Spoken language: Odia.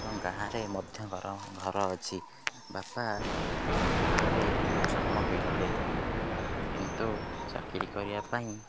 ଏବଂ ଗାଁରେ ମଧ୍ୟ ଘର ଘର ଅଛି ବାପା ଗାଁରେ ଜନ୍ମ ହୋଇଥିଲେ କିନ୍ତୁ ଚାକିରୀ କରିବା ପାଇଁ